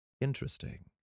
Interesting